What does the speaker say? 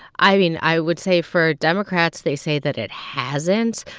i mean, i would say for democrats, they say that it hasn't,